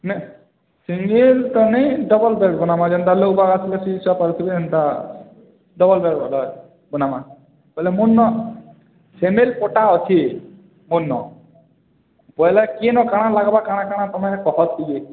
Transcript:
ନାଇଁ ସିଙ୍ଗିଲ୍ ତ ନାଇଁ ଡ଼ବଲ୍ ବେଡ଼୍ ବନବା ଜେନ୍ତା ଲୋକ୍ବାକ୍ ଆସିଲେ ସୋଇ ସୁଆ ପାରୁଥିବେ ହେନ୍ତା ଡ଼ବଲ୍ ବେଡ଼୍ ବାଲା ବନାମା ବୋଇଲେ ମୋର୍ ନ ସିମିଲ୍ ପଟା ଅଛି ମୋର୍ ନ ବୋଇଲେ କେନ କାଣା ଲାଗବା କାଣା କାଣା ତମେ କହ୍ ଟିକେ